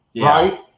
right